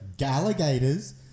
Alligators